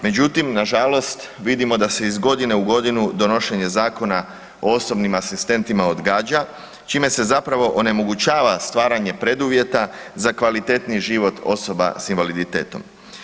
Međutim, nažalost vidimo da se iz godine u godine donošenje Zakona o osobnim asistentima odgađa čime se zapravo onemogućava stvaranje preduvjeta za kvalitetniji život osoba s invaliditetom.